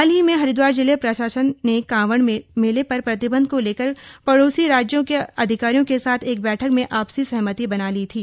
हाल ही में हरिद्वार जिला प्रशासन ने कांवड़ मेले पर प्रतिबंध को लेकर पड़ोसी राज्यों के अधिकारियों के साथ एक बैठक में आपसी सहमति बना ली थी